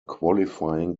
qualifying